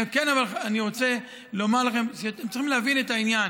אבל אני רוצה לומר לכם שאתם צריכים להבין את העניין: